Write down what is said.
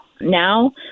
now